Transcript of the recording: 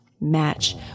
Match